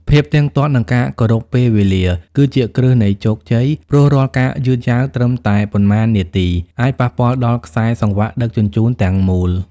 ភាពទៀងទាត់ និងការគោរពពេលវេលាគឺជាគ្រឹះនៃជោគជ័យ ព្រោះរាល់ការយឺតយ៉ាវត្រឹមតែប៉ុន្មាននាទីអាចប៉ះពាល់ដល់ខ្សែសង្វាក់ដឹកជញ្ជូនទាំងមូល។